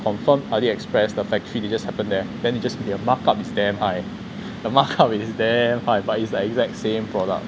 confirm ali express the factory they just happened there then they just their markup is damn high the markup is damn high but it's the exact same product